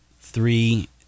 three